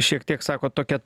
šiek tiek sakot tokia